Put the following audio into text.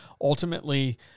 ultimately